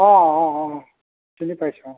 অ' অ' অ' চিনি পাইছো অ'